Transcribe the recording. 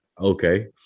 Okay